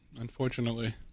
unfortunately